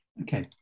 Okay